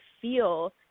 feel